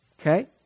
Okay